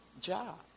job